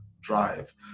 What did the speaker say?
drive